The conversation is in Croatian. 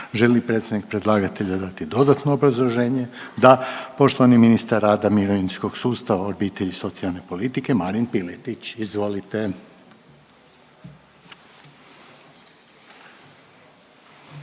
li predstavnik predlagatelja dati dodatno obrazloženje? Da. Poštovani ministar rada, mirovinskog sustava, obitelji i socijalne politike Marin Piletić, izvolite.